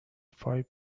five